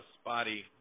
spotty